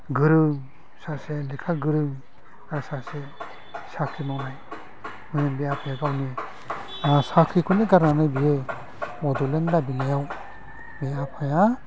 गोरों सासे लेखा गोरों बा सासे साख्रि मावनायमोन बे आफाया गावनि साख्रिखौनो गारनानै बियो बड'लेण्ड दाबिनायाव बे आफाया